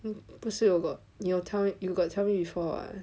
mm 不是 you got tell me before [what]